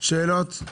שאלות?